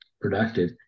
productive